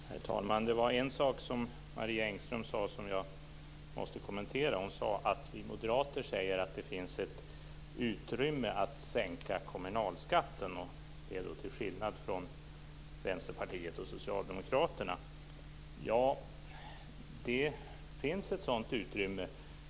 Herr talman! Det var en sak som Marie Engström sade som jag måste kommentera. Hon sade att vi moderater säger att det finns ett utrymme att sänka kommunalskatten. Det är en skillnad jämfört med Ja, det finns ett sådant utrymme.